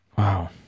Wow